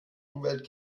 umwelt